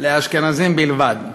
לאשכנזים בלבד.